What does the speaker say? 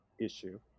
issue